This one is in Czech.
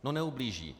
No neublíží.